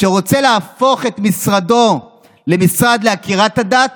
שרוצה להפוך את משרדו למשרד לעקירת הדת,